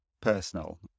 personal